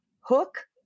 hook